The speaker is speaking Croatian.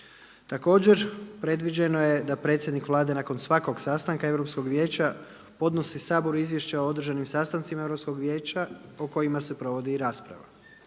Također predviđeno je da predsjednik Vlade nakon svakog sastanka Europskog vijeća podnosi saboru izvješće o održanim sastancima Europskog vijeća po kojima se provodi i rasprava.